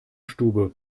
stube